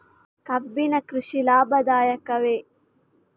ಕಬ್ಬಿನ ಕೃಷಿ ಲಾಭದಾಯಕವೇ?